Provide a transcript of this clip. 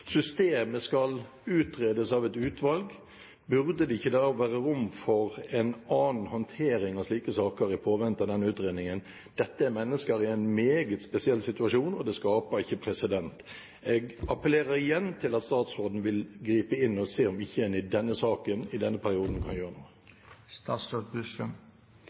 Systemet skal utredes av et utvalg. Burde det ikke være rom for en annen håndtering av slike saker i påvente av denne utredningen? Dette er mennesker i en meget spesiell situasjon, og det skaper ikke presedens. Jeg appellerer igjen til statsråden om å gripe inn og se om en ikke i denne saken i denne perioden kan gjøre noe.